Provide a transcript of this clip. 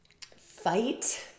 fight